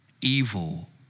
evil